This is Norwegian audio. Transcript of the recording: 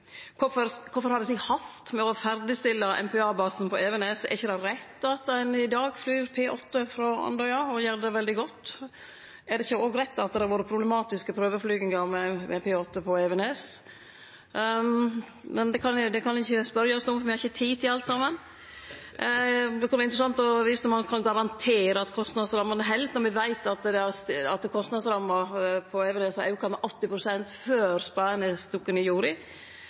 Kvifor har det slik hast å ferdigstille MPA-basen på Evenes? Er det ikkje rett at ein i dag flyr P8 frå Andøya, og gjer det veldig godt? Er det ikkje òg rett at det har vore problematiske prøveflygingar med P8 på Evenes? Men det kan ikkje spørjast om, for me har ikkje tid til alt saman. Det kunne vore interessant å vite om statsråden kan garantere at kostnadsrammene held, når me veit at kostnadsramma på Evenes har auka med 80 pst. før spaden er stukken i